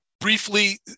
briefly